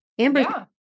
Amber